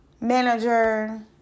manager